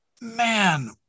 man